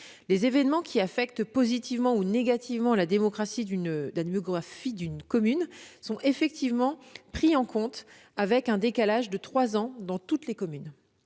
Les événements qui affectent positivement ou négativement la démographie d'une commune sont effectivement pris en compte avec un décalage de trois ans dans toutes les communes.